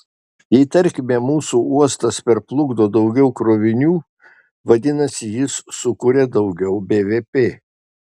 jei tarkime mūsų uostas perplukdo daugiau krovinių vadinasi jis sukuria daugiau bvp